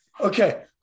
okay